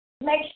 Make